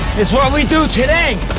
it's what we do today